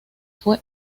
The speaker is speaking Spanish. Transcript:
fue